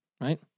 right